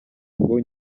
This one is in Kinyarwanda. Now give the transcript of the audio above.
ngo